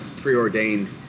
preordained